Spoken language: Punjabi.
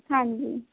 ਹਾਂਜੀ